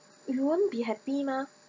you won't be happy mah